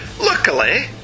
Luckily